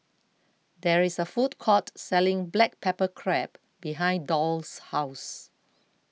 there is a food court selling Black Pepper Crab behind Doll's house